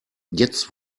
jetzt